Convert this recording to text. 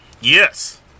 yes